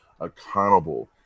accountable